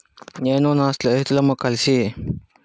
నేను నా స్నేహితులము కలిసి